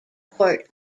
port